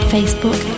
Facebook